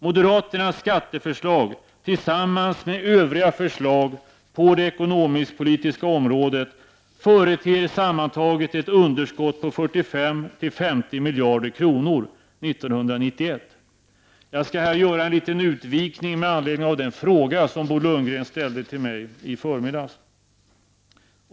Moderaternas skatteförslag tillsammans med övriga förslag på det ekonomisk-politiska området företer sammantaget ett underskott på 45-50 miljarder kronor 1991. Här skall jag göra en liten utvikning med anledning av den fråga som Bo Lundgren ställde till mig i förmiddags.